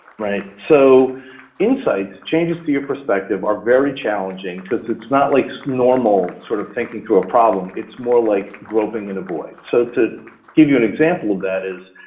right? so insights, changes to your perspective, are very challenging cause it's not like normal sort of thinking to a problem, it's more like groping in a void. so to give you an example of that is,